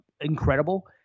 incredible